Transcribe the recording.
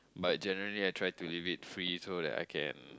but generally I try to leave it free so that I can